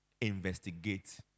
investigate